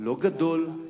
לא גדול,